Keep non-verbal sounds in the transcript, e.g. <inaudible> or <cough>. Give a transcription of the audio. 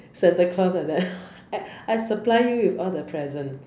Santa Claus like that <laughs> I I supply you with all the presents